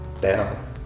down